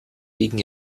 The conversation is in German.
wegen